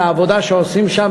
על העבודה שעושים שם.